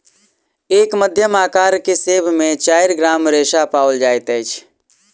एक मध्यम अकार के सेब में चाइर ग्राम रेशा पाओल जाइत अछि